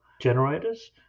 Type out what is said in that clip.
generators